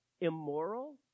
immoral